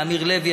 לאמיר לוי,